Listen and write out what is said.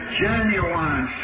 genuine